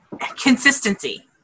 consistency